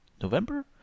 november